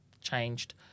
changed